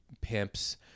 pimps